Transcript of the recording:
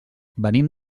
venim